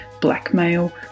blackmail